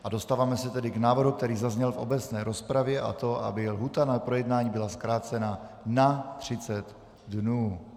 A dostáváme se k návrhu, který zazněl v obecné rozpravě, a to aby lhůta na projednání byla zkrácena na třicet dnů.